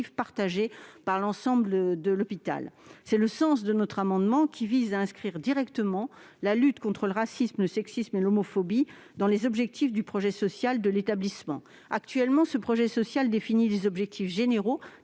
partagé par l'ensemble de l'hôpital. C'est le sens de cet amendement qui vise à inscrire directement la lutte contre le racisme, le sexisme et l'homophobie dans les objectifs du projet social de l'établissement. Actuellement, ce projet social définit des objectifs généraux